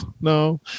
No